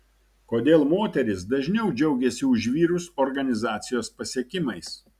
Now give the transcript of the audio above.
kodėl moterys dažniau džiaugiasi už vyrus organizacijos pasiekimais